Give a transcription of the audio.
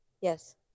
Yes